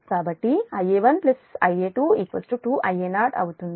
కాబట్టి Ia1 Ia2 2Ia0 అవుతుంది